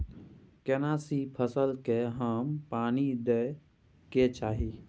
केना सी फसल के कम पानी दैय के चाही?